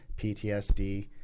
PTSD